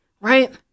right